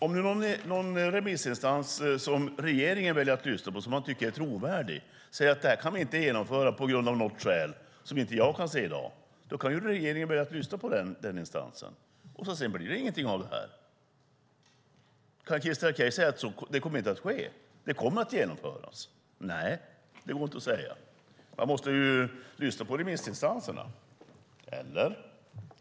Om någon remissinstans som regeringen väljer att lyssna på och tycker är trovärdig säger att det inte kan genomföras på grund av något skäl som inte jag kan se i dag kan regeringen börja lyssna på den instansen, och så blir det ingenting av detta. Kan Christer Akej säga att det inte kommer att ske och att förslaget kommer att genomföras? Nej, det går inte att säga. Man måste ju lyssna på remissinstanserna, eller?